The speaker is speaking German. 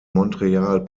montreal